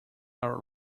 our